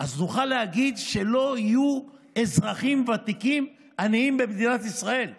אז נוכל להגיד שלא יהיו אזרחים ותיקים עניים במדינת ישראל בכלל.